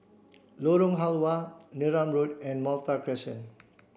Lorong Halwa Neram Road and Malta Crescent